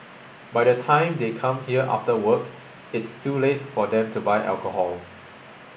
by the time they come here after work it's too late for them to buy alcohol